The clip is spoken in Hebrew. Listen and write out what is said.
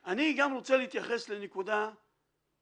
אני גם רוצה להתייחס לנקודה שמישהו